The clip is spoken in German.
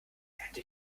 hätte